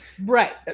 Right